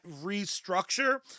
restructure